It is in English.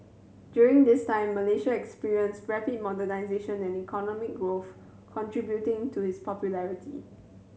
during this time Malaysia experienced rapid modernisation and economic growth contributing to his popularity